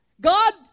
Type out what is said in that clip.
God